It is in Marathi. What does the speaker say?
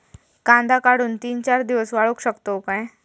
कांदो काढुन ती चार दिवस वाळऊ शकतव काय?